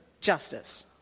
justice